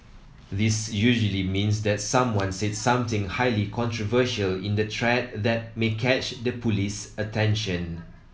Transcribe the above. this usually means that someone said something highly controversial in the thread that may catch the police's attention